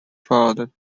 flood